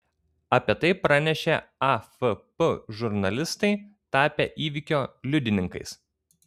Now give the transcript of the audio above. apie tai pranešė afp žurnalistai tapę įvykio liudininkais